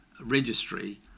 registry